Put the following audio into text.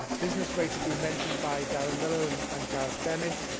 business rates have been mentioned by darren millar and and gareth bennett.